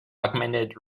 augmented